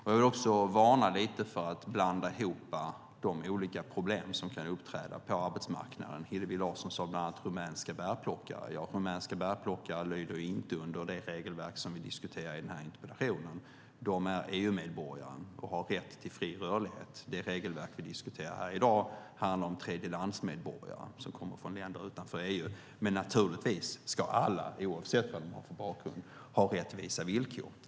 Jag vill också varna lite för att blanda ihop de olika problem som kan uppträda på arbetsmarknaden. Hillevi Larsson tog bland annat upp rumänska bärplockare. Rumänska bärplockare lyder inte under det regelverk som vi diskuterar i den här interpellationsdebatten. De är EU-medborgare och har rätt till fri rörlighet. Det regelverk vi diskuterar här i dag handlar om tredjelandsmedborgare som kommer från länder utanför EU. Men naturligtvis ska alla, oavsett vad de har för bakgrund, ha rättvisa villkor.